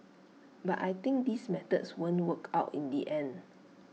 but I think these methods won't work out in the end